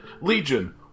Legion